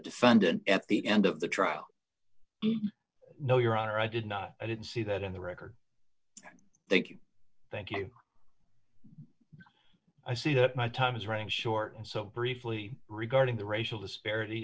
defendant at the end of the trial no your honor i did not i didn't see that in the record thank you thank you i see that my time is running short and so briefly regarding the racial disparity